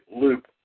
loop